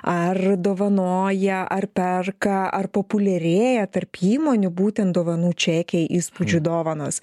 ar dovanoja ar perka ar populiarėja tarp įmonių būtent dovanų čekiai įspūdžių dovanos